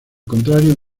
contrario